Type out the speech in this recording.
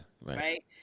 Right